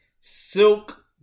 silk